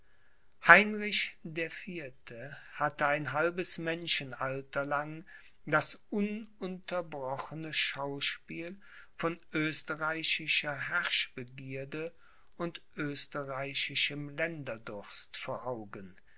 heinrich der vierte hatte ein halbes menschenalter lang das ununterbrochene schauspiel von österreichischer herrschbegierde und österreichischem länderdurst vor augen